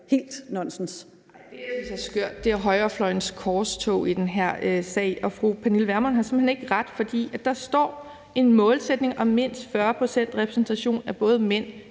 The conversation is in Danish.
helt nonsens.